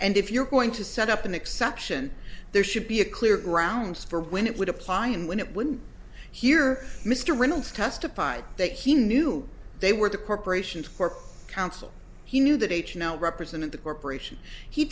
and if you're going to set up an exception there should be a clear grounds for when it would apply and when it wouldn't hear mr reynolds testified that he knew they were the corporation for counsel he knew that h l represented the corporation he